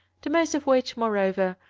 the most of which, moreover,